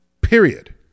Period